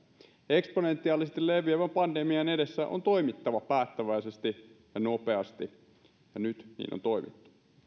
eksponentiaalisesti leviävän pandemian edessä on toimittava päättäväisesti ja nopeasti ja nyt niin on toimittu